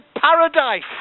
paradise